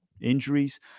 injuries